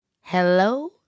Hello